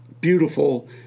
beautiful